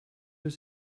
was